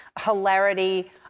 hilarity